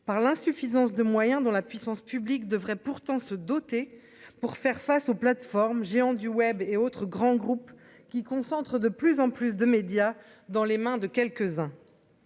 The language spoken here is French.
par l'insuffisance de moyens dont la puissance publique devrait pourtant se doter pour faire face aux plateformes géants du web et autres grands groupes qui concentre de plus en plus de médias dans les mains de quelques-uns